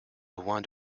loin